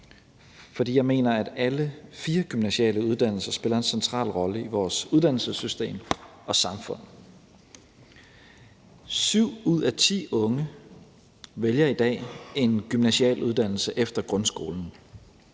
For jeg mener, at alle fire gymnasiale uddannelser spiller en central rolle i vores uddannelsessystem og samfund. Syv ud af ti unge vælger i dag en gymnasial uddannelse efter grundskolen.